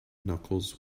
knuckles